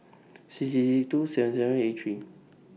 six six six two seven seven eight three